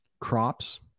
crops